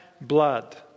blood